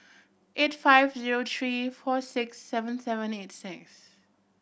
eight five zero three four six seven seven eight six